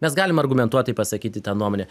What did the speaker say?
mes galim argumentuotai pasakyti tą nuomonę